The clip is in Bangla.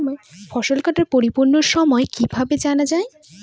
ফসল কাটার পরিপূরক সময় কিভাবে জানা যায়?